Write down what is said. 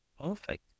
Perfect